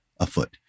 afoot